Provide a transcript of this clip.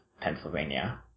Pennsylvania